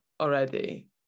already